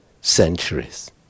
centuries